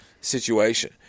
situation